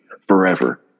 forever